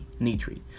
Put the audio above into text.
Nitri